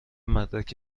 مدرک